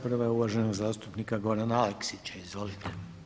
Prva je uvaženog zastupnika Gorana Aleksića, izvolite.